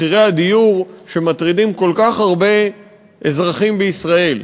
מחירי הדיור, שמטרידים כל כך הרבה אזרחים בישראל,